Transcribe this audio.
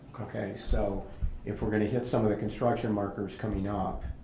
so if we're gonna hit some of the construction markers coming up,